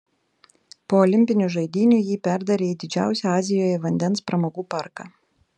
po olimpinių žaidynių jį perdarė į didžiausią azijoje vandens pramogų parką